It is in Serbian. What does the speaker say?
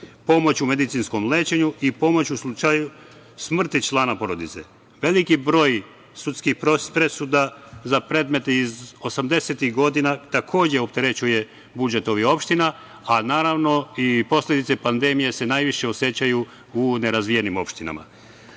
pomoć u medicinskom lečenju i pomoć u slučaju smrti člana porodice. Veliki broj sudskih presuda za predmete iz osamdesetih godina, takođe, opterećuje budžet ovih opština, a naravno i posledice pandemije se najviše osećaju u nerazvijenim opštinama. Mi